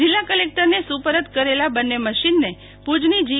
જિલ્લા કલેક્ટર ને સુપ્રત કરેએલા બંને મશીન ને ભુજ ની જી